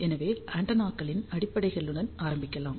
எனவே ஆண்டெனாக்களின் அடிப்படைகளுடன் ஆரம்பிக்கலாம்